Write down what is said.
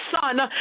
son